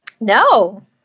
No